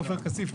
עופר כסיף,